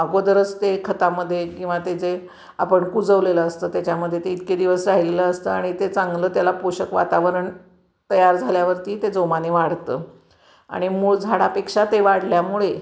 अगोदरच ते खतामध्ये किंवा ते जे आपण कुजवलेलं असतं त्याच्यामध्ये ते इतके दिवस राहिलेलं असतं आणि ते चांगलं त्याला पोषक वातावरण तयार झाल्यावरती ते जोमाने वाढतं आणि मूळ झाडापेक्षा ते वाढल्यामुळे